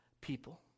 people